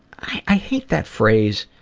i hate that phrase,